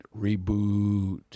reboot